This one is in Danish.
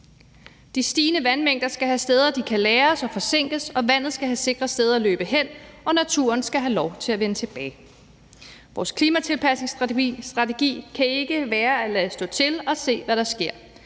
De stigende vandmængder skal have steder, de kan lagres og forsinkes, vandet skal have sikre steder at løbe hen, og naturen skal have lov til at vende tilbage. Vores klimatilpasningsstrategi kan ikke være at lade stå til og se, hvad der sker.